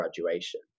graduation